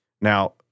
Now